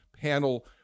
panel